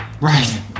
Right